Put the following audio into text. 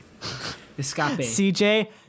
CJ